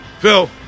Phil